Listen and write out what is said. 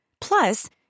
Plus